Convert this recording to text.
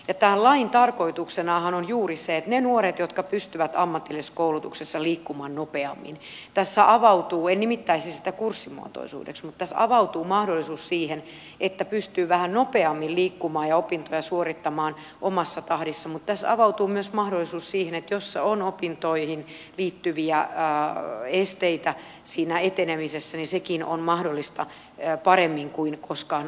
tämän lain tarkoituksenahan on juuri se että niille nuorille jotka pystyvät ammatillisessa koulutuksessa liikkumaan nopeammin tässä avautuu en nimittäisi sitä kurssimuotoisuudeksi mahdollisuus siihen että pystyy vähän nopeammin liikkumaan ja opintoja suorittamaan omassa tahdissa ja tässä avautuu myös mahdollisuus siihen että jos on opintoihin liittyviä esteitä siinä etenemisessä niin oma tahti on mahdollista paremmin kuin koskaan aikaisemmin